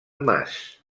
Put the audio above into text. mas